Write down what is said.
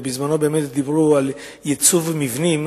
בזמנו דיברו על ייצוב מבנים